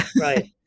right